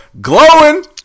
Glowing